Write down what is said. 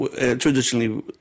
Traditionally